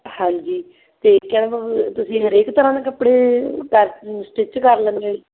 ਹਾਂਜੀ ਅਤੇ ਕਹਿਣ ਦਾ ਭਾਵ ਤੁਸੀਂ ਹਰੇਕ ਤਰ੍ਹਾਂ ਦੇ ਕੱਪੜੇ ਪੈਕ ਸਟਿੱਚ ਕਰ ਲੈਂਦੇ ਹੋ ਜੀ